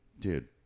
dude